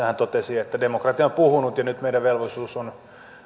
hän totesi että demokratia on puhunut ja nyt meidän velvollisuutemme on